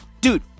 dude